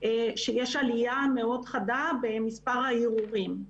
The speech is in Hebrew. שיש עלייה מאוד חדה במספר הערעורים.